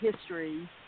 history